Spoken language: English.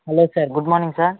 hello sir good morning sir